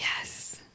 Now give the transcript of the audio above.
Yes